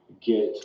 get